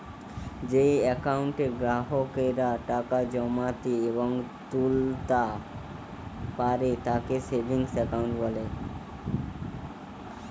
যেই একাউন্টে গ্রাহকেরা টাকা জমাতে এবং তুলতা পারে তাকে সেভিংস একাউন্ট বলে